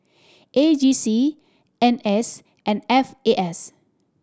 E J C N S and F A S